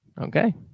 Okay